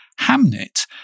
Hamnet